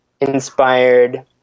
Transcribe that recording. inspired